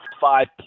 five